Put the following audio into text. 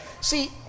See